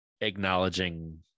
acknowledging